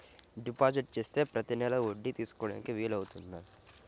Deposit చేస్తే ప్రతి నెల వడ్డీ తీసుకోవడానికి వీలు అవుతుందా?